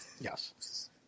Yes